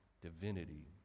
divinity